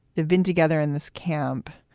they've been together in this camp.